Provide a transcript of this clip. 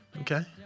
Okay